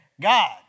God